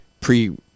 pre